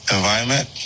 environment